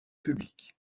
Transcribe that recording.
publique